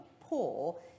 poor